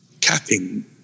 Capping